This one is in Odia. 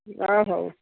ହଁ ହେଉ